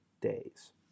days